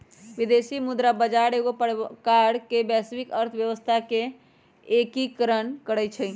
विदेशी मुद्रा बजार एगो प्रकार से वैश्विक अर्थव्यवस्था के एकीकरण करइ छै